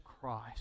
Christ